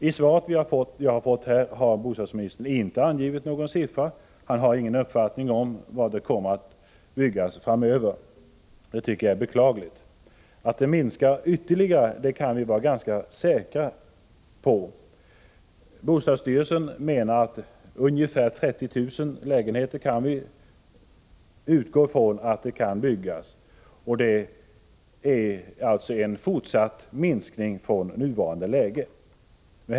I svaret jag har fått har bostadsministern inte angivit någon siffra för vad som kommer att byggas framöver. Han har ingen uppfattning om detta. Det tycker jag är beklagligt. Att bostadsbyggandet kommer att minska ytterligare kan vi vara ganska säkra på. Enligt bostadsstyrelsen kan vi utgå från att ungefär 30 000 lägenheter kan komma att byggas. Det innebär alltså en fortsatt minskning i förhållande till nuvarande läge.